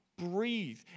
breathe